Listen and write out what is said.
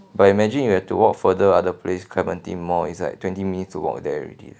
but imagine you have to walk further other place clementi mall is like twenty minutes to walk there already